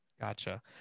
Gotcha